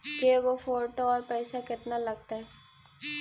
के गो फोटो औ पैसा केतना लगतै?